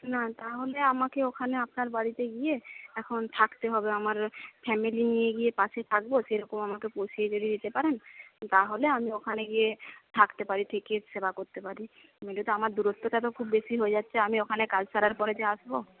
না তাহলে আমাকে ওখানে আপনার বাড়িতে গিয়ে এখন থাকতে হবে আমার ফ্যামিলি নিয়ে গিয়ে পাশে থাকব সেরকম আমাকে যদি দিতে পারেন তাহলে আমি ওখানে গিয়ে থাকতে পারি থেকে সেবা করতে পারি নইলে তো আমার দূরত্বটা তো খুব বেশি হয়ে যাচ্ছে আমি ওখানে কাজ ছাড়ার পরে যে আসব